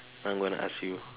I'm going to ask you